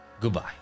Goodbye